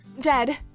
dead